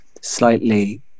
slightly